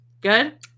Good